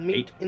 Eight